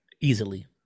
Easily